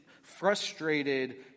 frustrated